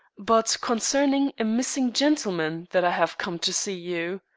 but concerning a missing gentleman that i have come to see you.